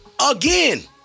Again